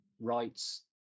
rights